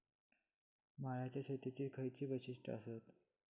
मळ्याच्या शेतीची खयची वैशिष्ठ आसत?